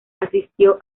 asistió